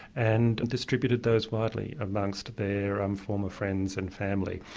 and distributed those widely amongst their um former friends and family.